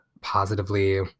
positively